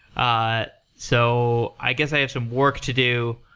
i so i guess i have some work to do.